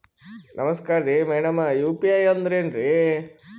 ನಮಸ್ಕಾರ್ರಿ madam UPI ಅಂದ್ರೆನ್ರಿ?